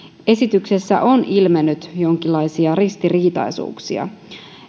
esityksessä on ilmennyt jonkinlaisia ristiriitaisuuksia